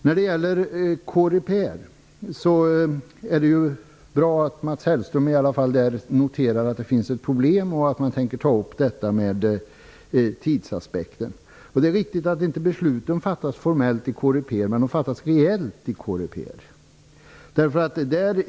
När det gäller Coreper är det bra att Mats Hellström i alla fall noterar att det finns ett problem och att man tänker ta upp frågan om tidsaspekten. Det är riktigt att besluten inte fattas formellt i Coreper, men de fattas reellt i Coreper.